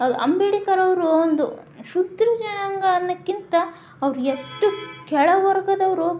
ಅಂಬೇಡ್ಕರ್ ಅವರು ಒಂದು ಶೂದ್ರ ಜನಾಂಗ ಅನ್ನೋಕ್ಕಿಂತ ಅವ್ರು ಎಷ್ಟು ಕೆಳವರ್ಗದವರು